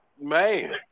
Man